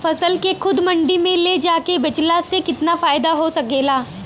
फसल के खुद मंडी में ले जाके बेचला से कितना फायदा हो सकेला?